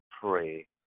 pray